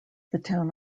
town